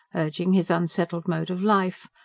urging his unsettled mode of life.